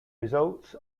results